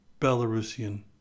Belarusian